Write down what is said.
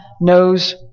knows